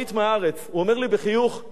הוא אומר לי בחיוך: זה רק נוצרים.